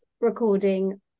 recording